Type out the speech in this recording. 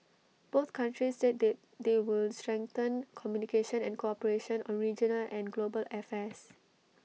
both countries said that they will strengthen communication and cooperation on regional and global affairs